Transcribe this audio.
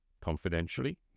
confidentially